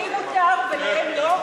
לי מותר ולהם לא?